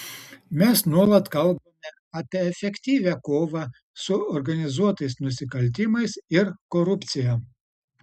mes nuolat kalbame apie efektyvią kovą su organizuotais nusikaltimais ir korupcija